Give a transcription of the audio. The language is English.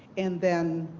and then